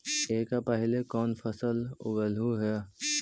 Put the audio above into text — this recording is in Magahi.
एकड़ पहले कौन फसल उगएलू हा?